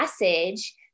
message